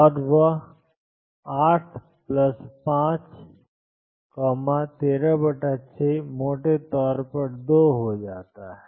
और वह 8 5 136 मोटे तौर पर 2 हो जाता है